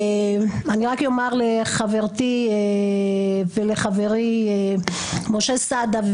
אני רק אומר לחברתי חברת הכנסת גוטליב ולחברי חבר הכנסת משה סעדה,